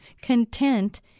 Content